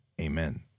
amen